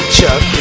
Chuck